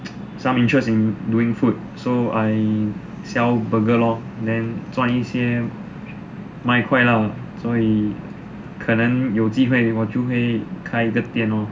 some interest in doing food so I sell burger lor then 赚一些外快 lah 可能有机会就会开一个店 lor